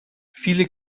viele